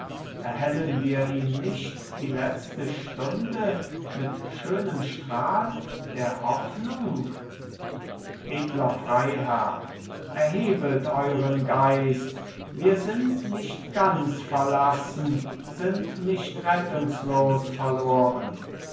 erhellen wir ihm nicht die letzte stunde mit schönem strahl der hoffnung edler freiherr erhebet euren geist wir sind nicht ganz verlassen sind nicht rettungslos verloren